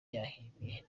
yahimbye